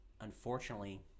unfortunately